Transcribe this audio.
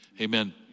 amen